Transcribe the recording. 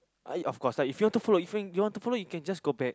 I uh of course lah if you want follow you can you want to follow you can just go back